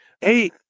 Hey